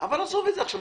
את זה עכשיו.